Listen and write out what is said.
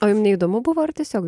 o jum neįdomu buvo ar tiesiog